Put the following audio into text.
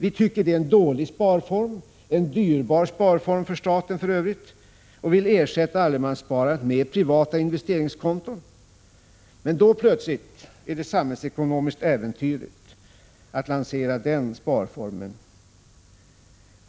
Vi tycker det är en dålig sparform och vill ersätta allemanssparandet med privata investeringskonton. Men då är det plötsligt samhällsekonomiskt äventyrligt att lansera den sparformen.